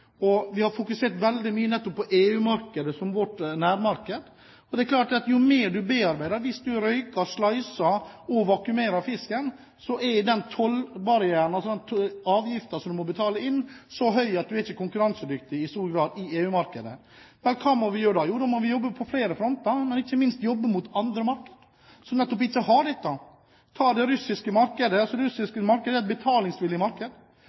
du bearbeider fisken – røyker, «slice»-er og vakuumerer – blir tollbarrieren, altså den avgiften som du må betale inn, så høy at man i stor grad ikke er konkurransedyktig i EU-markedet. Men hva må vi gjøre da? Jo, da må vi jobbe på flere fronter, men ikke minst jobbe mot andre markeder, som ikke har dette. Vi kan ta det russiske markedet. Det russiske markedet er et betalingsvillig marked.